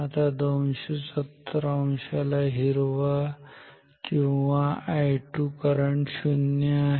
तर 270 अंशाला हिरवा किंवा I2 करंट 0 आहे